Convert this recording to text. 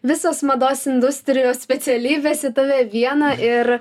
visos mados industrijos specialiybės į tave vieną ir